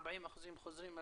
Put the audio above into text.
40% חוזרים,